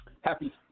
Happy